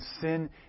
sin